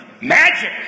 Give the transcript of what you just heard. magic